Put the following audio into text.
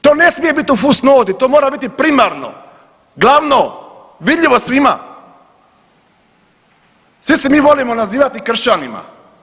To ne smije bit u fus noti, to mora biti primarno, glavno, vidljivo svima, svi se mi volimo nazivati kršćanima.